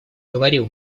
говорил